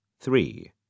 three